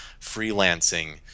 freelancing